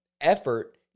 effort